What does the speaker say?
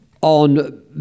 on